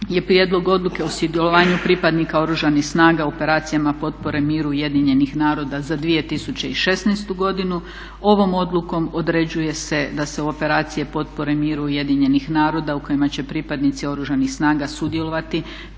je Prijedlog odluke o sudjelovanju pripadnika Oružanih snaga u operacijama potpore miru Ujedinjenih naroda za 2016. godinu. Ovom odlukom određuje se da se operacije potpore miru ujedinjenih naroda u kojima će pripadnici Oružanih snaga sudjelovati